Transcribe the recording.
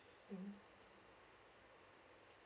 mm